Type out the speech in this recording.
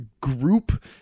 group